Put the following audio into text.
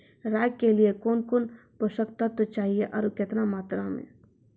राई के लिए कौन कौन पोसक तत्व चाहिए आरु केतना मात्रा मे?